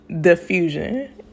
Diffusion